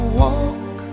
walk